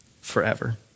forever